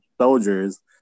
soldiers